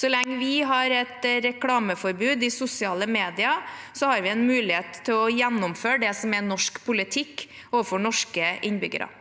Så lenge vi har et reklameforbud i sosiale medier, har vi en mulighet til å gjennomføre det som er norsk politikk overfor norske innbyggere.